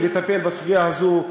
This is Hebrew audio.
לטפל בסוגיה הזאת.